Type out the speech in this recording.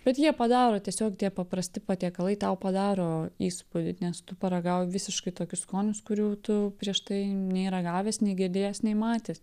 bet jie padaro tiesiog tie paprasti patiekalai tau padaro įspūdį nes tu paragauji visiškai tokius skonius kurių tu prieš tai nei ragavęs nei girdėjęs nei matęs